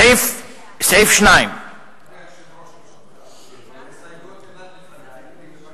סעיף 2. אדוני היושב-ראש, ההסתייגויות אינן לפני.